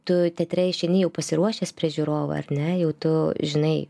tu teatre išeini jau pasiruošęs prieš žiūrovą ar ne jau tu žinai